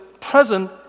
present